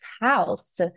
house